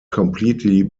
completely